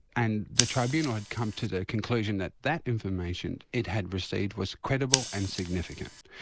and the tribunal had come to the conclusion that that information it had received was credible and significant,